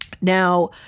Now